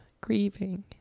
grieving